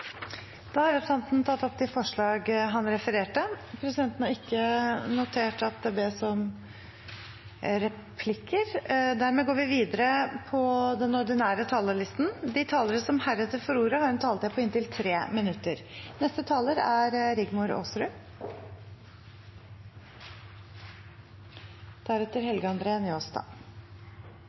Da har representanten Bjørnar Moxnes tatt opp de forslagene han refererte til. De talere som heretter får ordet, har også en taletid på inntil 3 minutter.